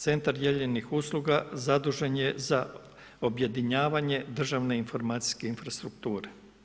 Centar dijeljenih usluga zadužen je za objedinjavanje državne informacijske infrastrukture.